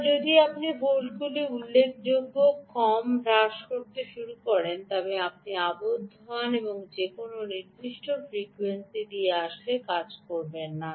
তবে যদি আপনি ভোল্টেজগুলি উল্লেখযোগ্যভাবে কম হ্রাস করতে শুরু করেন তবে আপনি আবদ্ধ হন যে আপনি কোনও নির্দিষ্ট ফ্রিকোয়েন্সি দিয়ে আসলে কাজ করতে পারবেন না